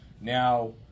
Now